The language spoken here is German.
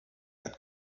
hat